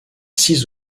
six